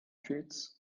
fits